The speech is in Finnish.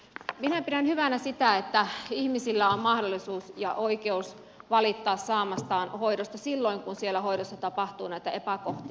minä pidän hyvänä sitä että ihmisillä on mahdollisuus ja oikeus valittaa saamastaan hoidosta silloin kun siellä hoidossa tapahtuu näitä epäkohtia